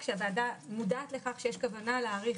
רק שהוועדה מודעת לכך שיש כוונה להאריך